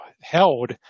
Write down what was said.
held